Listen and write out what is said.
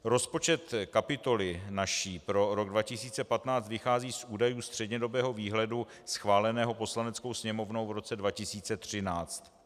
Rozpočet naší kapitoly pro rok 2015 vychází z údajů střednědobého výhledu schváleného Poslaneckou sněmovnou v roce 2013.